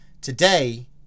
today